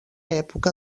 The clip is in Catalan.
època